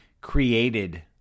created